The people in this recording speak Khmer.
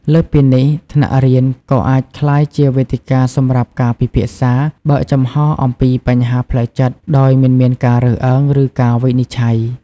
លើសពីនេះ ថ្នាក់រៀនក៏អាចក្លាយជាវេទិកាសម្រាប់ការពិភាក្សាបើកចំហអំពីបញ្ហាផ្លូវចិត្តដោយមិនមានការរើសអើងឬការវិនិច្ឆ័យ។